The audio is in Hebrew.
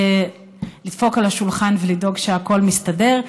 לדפוק על השולחן ולדאוג שהכול מסתדר,